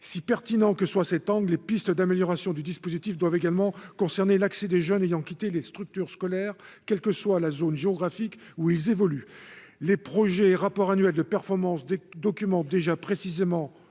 si pertinent que soient s'angle les pistes d'amélioration du dispositif doivent également concerner l'accès des jeunes ayant quitté les structures scolaires, quelle que soit la zone géographique où ils évoluent les projets et rapports annuels de performances des documents déjà précisément